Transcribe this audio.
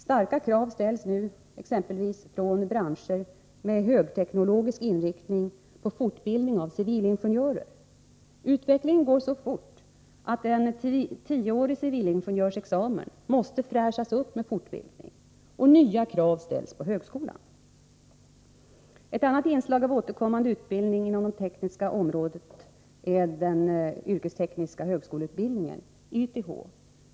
Starka krav ställs nu exempelvis från branscher med högteknologisk inriktning på fortbildning av civilingenjörer. Utvecklingen går så fort att en tioårig civilingenjörsexamen måste fräschas upp med fortbildning, och nya krav ställs på högskolan. Ett annat inslag av återkommande utbildning inom det tekniska området är den yrkestekniska högskoleutbildningen, YTH.